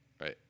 right